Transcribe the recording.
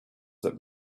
that